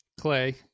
Clay